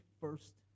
first